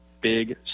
big